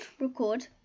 record